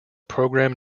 program